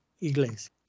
Iglesias